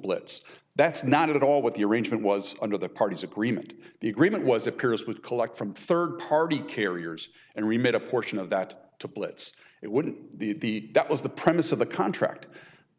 blitz that's not at all what the arrangement was under the parties agreement the agreement was appears would collect from third party carriers and remit a portion of that to blitz it wouldn't the that was the premise of the contract